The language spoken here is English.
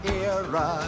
era